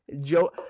Joe